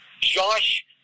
Josh